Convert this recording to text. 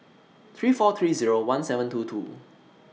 three four three Zero one seven two two